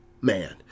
man